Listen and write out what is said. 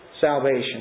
salvation